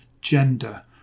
gender